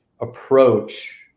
approach